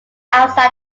outside